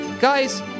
Guys